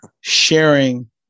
sharing